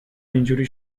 اینجوری